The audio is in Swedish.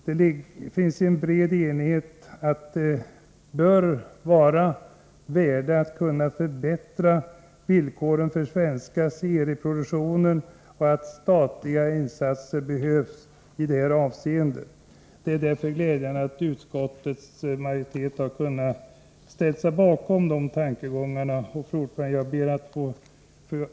Det råder en bred enighet om att det bör vara av värde att förbättra villkoren för den svenska serieproduktionen och att statliga insatser behövs i det avseendet. Det är därför glädjande att utskottets majoritet har ställt sig bakom dessa tankegångar. Fru talman!